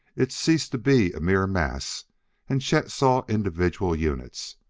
it ceased to be a mere mass and chet saw individual units.